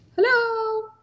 hello